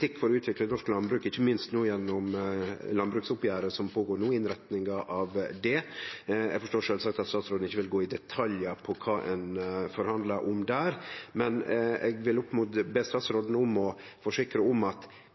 for å utvikle norsk landbruk, ikkje minst gjennom landbruksoppgjeret, som skjer no, og innretninga av det. Eg forstår sjølvsagt at statsråden ikkje vil gå i detaljar på kva ein forhandlar om der, men eg vil be ho forsikre om at